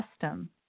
custom